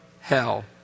hell